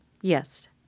Yes